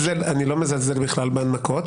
אני לא מזלזל בכלל בהנמקות.